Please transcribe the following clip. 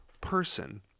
person